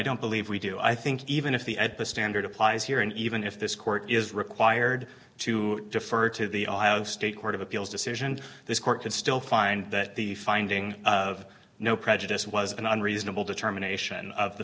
don't believe we do i think even if the at the standard applies here and even if this court is required to defer to the state court of appeals decision this court could still find that the finding of no prejudice was an unreasonable determination of the